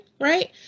right